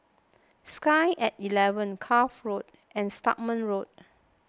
Sky at eleven Cuff Road and Stagmont Road